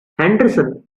henderson